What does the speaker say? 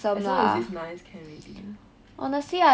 as long as he's nice can already